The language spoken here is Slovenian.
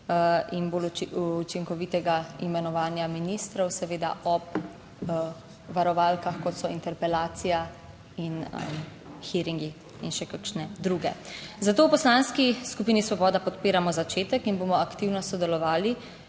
in bolj učinkovitega imenovanja ministrov, seveda, ob varovalkah, kot so interpelacija in hearingi in še kakšne druge. Zato v Poslanski skupini Svoboda podpiramo začetek in bomo aktivno sodelovali